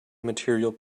material